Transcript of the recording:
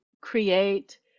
create